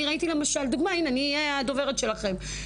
אני ראיתי למשל הנה אני אהיה הדוברת שלכם,